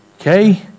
Okay